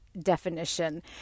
definition